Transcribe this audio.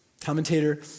Commentator